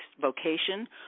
vocation